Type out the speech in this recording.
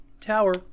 Tower